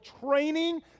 training